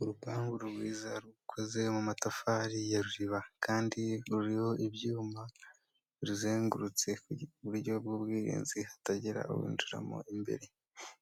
Urupangu rwiza rukoze mu matafari ya ruriba kandi ruriho ibyuma biruzengurutse, uburyo bw'ubwirinzi hatagira uwinjiramo imbere,